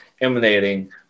emanating